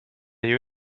you